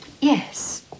Yes